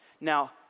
Now